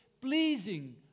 pleasing